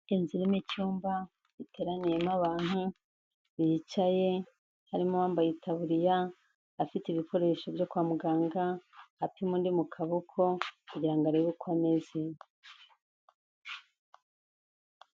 Inzu irimo icyumba giteraniyemo abantu bicaye, harimo uwambaye itaburiya afite ibikoresho byo kwa muganga, apima undi mu kaboko kugira ngo arebe uko ameze.